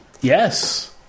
Yes